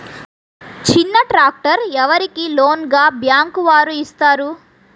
చిన్న ట్రాక్టర్ ఎవరికి లోన్గా బ్యాంక్ వారు ఇస్తారు?